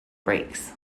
brakes